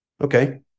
Okay